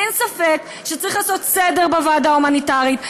אין ספק שצריך לעשות סדר בוועדה ההומניטרית.